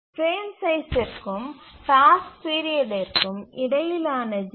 frame சைஸ்சிற்கும் task பீரியட்டிற்கும் இடையிலான ஜி